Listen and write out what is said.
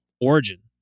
origin